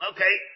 Okay